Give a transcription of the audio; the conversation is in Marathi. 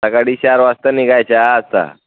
सकाळी चार वाजता निघायचा असा